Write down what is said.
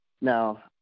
Now